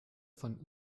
von